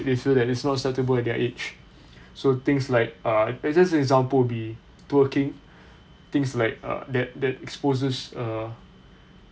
they feel that it's not acceptable at their age so things like uh just an example would be working things like uh that that exposes uh